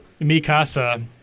Mikasa